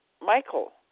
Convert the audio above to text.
Michael